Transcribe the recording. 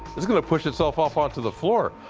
it's gonna push itself off onto the floor.